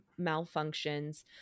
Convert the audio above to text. malfunctions